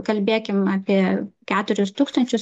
kalbėkim apie keturis tūkstančius